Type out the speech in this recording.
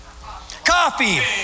Coffee